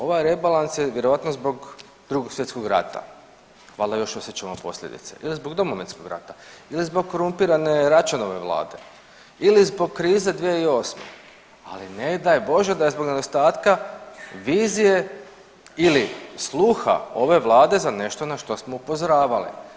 Ovaj rebalans je vjerojatno zbog Drugog svjetskog rata, valjda još osjećamo posljedica ili zbog Domovinskog rata ili zbog korumpirane Račanove vlade ili zbog krize 2008., ali ne daj Bože da je zbog nedostatka vizije ili sluha ove vlade za nešto na što smo upozoravali.